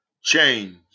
change